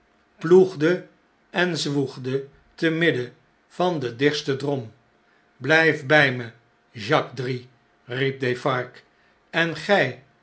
ploegde en zwoegde te midden van den dichtsten drom biyt by me jacques drie riep defarge en gfl